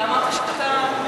אתה אמרת שאתה עונה.